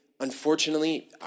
Unfortunately